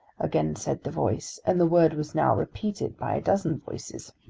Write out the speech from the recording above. again said the voice, and the word was now repeated by a dozen voices.